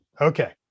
Okay